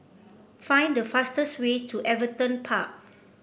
find the fastest way to Everton Park